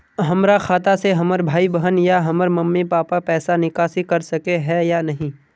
हमरा खाता से हमर भाई बहन या हमर मम्मी पापा पैसा निकासी कर सके है या नहीं?